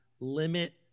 limit